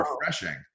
refreshing